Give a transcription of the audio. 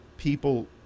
People